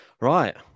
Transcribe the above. Right